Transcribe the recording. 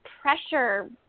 pressure